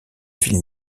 villes